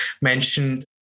mentioned